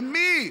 למי?